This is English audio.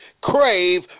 Crave